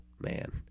Man